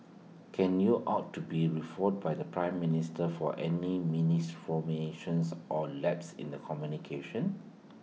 can you ought to be refuted by the Prime Minister for any misinformations or lapses in the communication